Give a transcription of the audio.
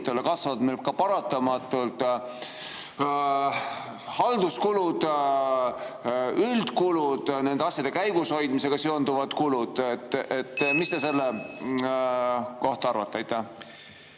kasvavad meil paratamatult halduskulud, üldkulud, nende asjade käigushoidmisega seonduvad kulud? Mis te selle kohta arvate?